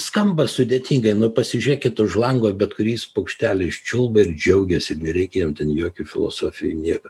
skamba sudėtingai nu pasižiūrėkit už lango bet kuris paukštelis čiulba ir džiaugiasi nereikia jam ten jokių filosofijų nieko